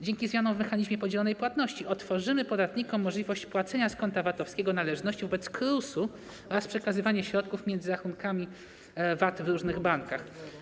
Dzięki zmianom w mechanizmie podzielonej płatności otworzymy podatnikom możliwość płacenia z konta VAT-owskiego należności wobec KRUS-u oraz przekazywania środków między rachunkami VAT w różnych bankach.